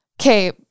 Okay